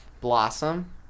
Blossom